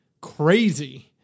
crazy